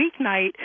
weeknight